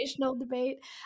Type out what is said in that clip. debate